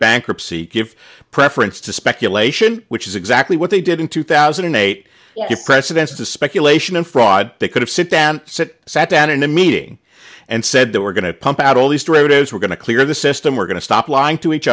bankruptcy give preference to speculation which is exactly what they did in two thousand and eight president to speculation and fraud they could have sit down sit sat down in a meeting and said that we're going to pump out all these derivatives we're going to clear the system we're going to stop lying to each